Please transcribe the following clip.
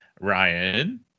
Ryan